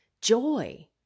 joy